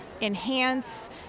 enhance